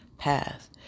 path